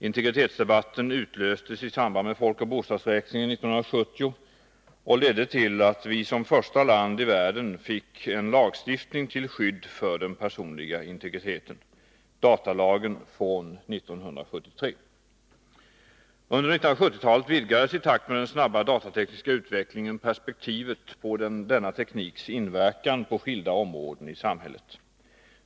Integritetsdebatten utlöstes i samband med folkoch bostadsräkningen 1970 och ledde till att Sverige som första land i världen fick en lagstiftning till skydd för den personliga integriteten — datalagen från år 1973. I takt med den snabba datatekniska utvecklingen vidgades under 1970-talet perspektivet på denna tekniks inverkan när det gäller skilda områden i samhället.